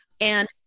And-